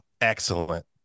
excellent